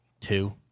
two